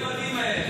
ועוד רבות אחרות,